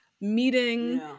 meeting